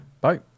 Bye